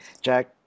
Jack